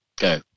go